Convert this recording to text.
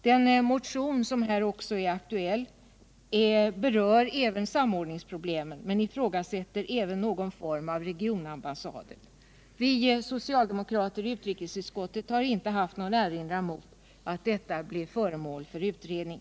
Den motion som här är aktuell, 1977/78:679, berör samordningsproblemen men ifrågasätter även någon form av regionambassader. Vi socialdemokrater i utrikesutskottet har inte haft någon erinran mot att den frågan blir föremål S E utrikesdepartemenför utredning.